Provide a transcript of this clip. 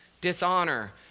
dishonor